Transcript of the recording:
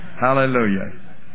Hallelujah